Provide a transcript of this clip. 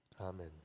Amen